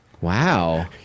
Wow